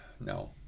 No